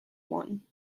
won